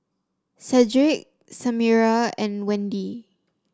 Cedric Samira and Wende